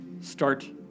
start